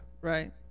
Right